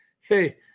hey